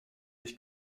ich